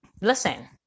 Listen